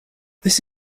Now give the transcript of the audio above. this